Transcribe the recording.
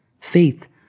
Faith